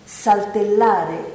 saltellare